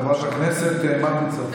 חברת הכנסת הרכבי צרפתי.